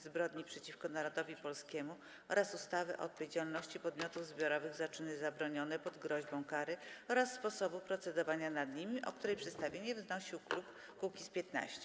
Zbrodni przeciwko Narodowi Polskiemu oraz ustawy o odpowiedzialności podmiotów zbiorowych za czyny zabronione pod groźbą kary oraz sposobu procedowania nad nim, o której przedstawienie wnosił klub Kukiz’15.